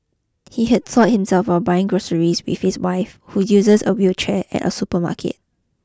he had soiled himself while buying groceries with his wife who uses a wheelchair at a supermarket